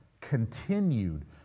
continued